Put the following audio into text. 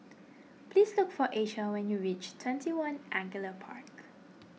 please look for Asia when you reach twenty one Angullia Park